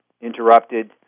interrupted